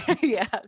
yes